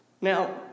Now